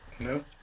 No